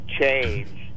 change